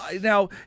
now